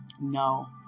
No